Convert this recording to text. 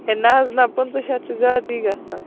ہے نہَ حظ نہَ پٕنٛژٕ شیٚتھ چھِ ذیادٕتی گژھان